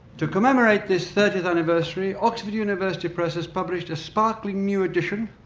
to commemorate this thirtieth anniversary, oxford university press has published a sparkling new edition,